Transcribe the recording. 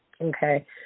Okay